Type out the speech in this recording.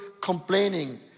complaining